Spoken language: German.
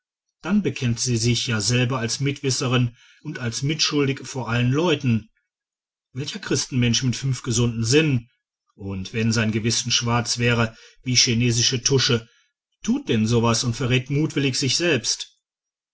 dann bekennt sie sich ja selber als mitwisserin und als mitschuldig vor allen leuten welcher christenmensch mit fünf gesunden sinnen und wenn sein gewissen schwarz wäre wie chinesische tusche tut denn so was und verrät mutwillig sich selbst